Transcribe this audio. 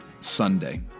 Sunday